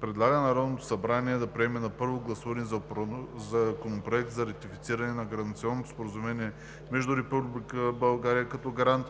предлага на Народното събрание да приеме на първо гласуване Законопроект за ратифициране на Гаранционното споразумение между Република България, като Гарант,